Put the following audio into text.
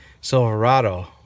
Silverado